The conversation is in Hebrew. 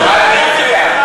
מה אתה מציע?